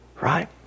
Right